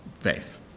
faith